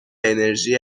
انرژی